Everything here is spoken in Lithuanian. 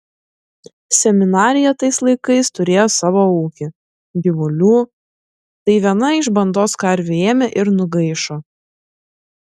seminarija tais laikais turėjo savo ūkį gyvulių tai viena iš bandos karvių ėmė ir nugaišo